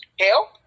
Help